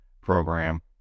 program